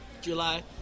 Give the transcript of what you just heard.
July